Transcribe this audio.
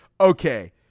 okay